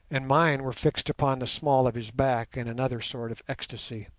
and mine were fixed upon the small of his back in another sort of ecstasy.